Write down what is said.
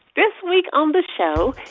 this week on the show,